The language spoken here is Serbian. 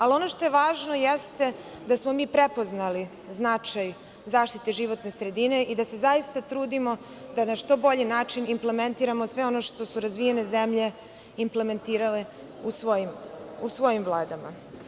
Ali, ono što je važno jeste da smo mi prepoznali značaj zaštite živtone sredine i da se zaista trudimo da na što bolji način implementiramo sve ono što su razvijene zemlje implementirale u svojim vladama.